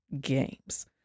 games